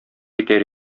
итәр